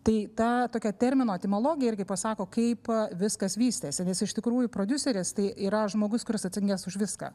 tai ta tokia termino etimologija irgi pasako kaip viskas vystėsi nes iš tikrųjų prodiuseris tai yra žmogus kuris atsakingas už viską